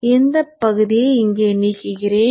இந்தப் பகுதியை இங்கே நீக்குகிறேன்